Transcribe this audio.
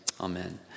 Amen